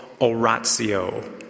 oratio